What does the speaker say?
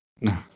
No